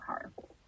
powerful